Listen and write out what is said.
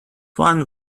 one